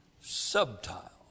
subtile